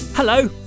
Hello